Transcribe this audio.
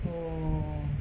oh